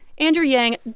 andrew yang,